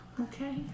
Okay